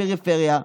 הפריפריה.